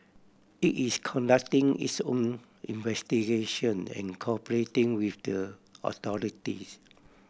it is conducting its own investigation and cooperating with the authorities